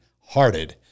hearted